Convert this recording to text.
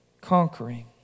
conquering